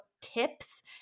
tips